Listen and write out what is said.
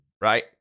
right